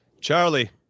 charlie